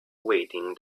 waiting